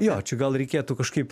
jo čia gal reikėtų kažkaip